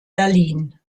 berlin